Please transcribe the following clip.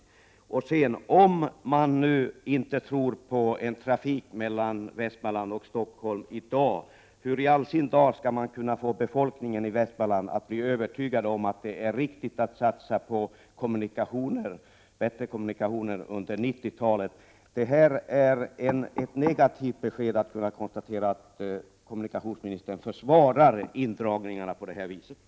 RN tiskt instrument Om regeringen nu inte tror på en trafik mellan Västmanland och Stockholm i dag, hur skall man då kunna övertyga befolkningen i Västmanland om att det är riktigt att satsa på bättre kommunikationer under 1990-talet? Det är ett negativt besked från kommunikationsministern när han försvarar indragningarna på detta sätt.